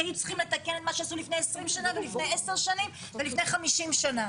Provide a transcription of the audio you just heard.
כי היו צריכים לתקן את מה שעשו לפני 20 שנה ולפני 10 שנים ולפני 50 שנה.